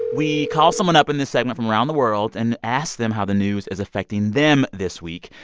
we call someone up in this segment from around the world and ask them how the news is affecting them this week.